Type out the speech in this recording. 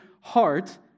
heart